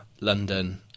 London